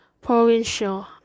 provincial